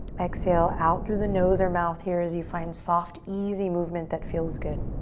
exhale out through the nose or mouth here as you find soft, easy movement that feels good.